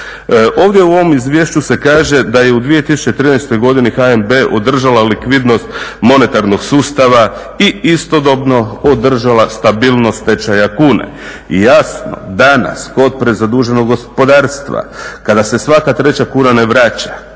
Ovdje u ovom izvješću se kaže da je u 2013. godini HNB održala likvidnost monetarnog sustava i istodobno održala stabilnost tečaja kune. I jasno, danas kod prezaduženog gospodarstva kada se svaka treća kuna ne vraća